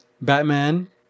batman